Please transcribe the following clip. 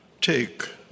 take